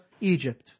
Egypt